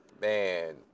Man